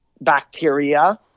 bacteria